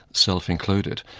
self included.